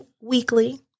weekly